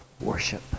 worship